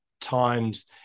times